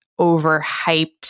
overhyped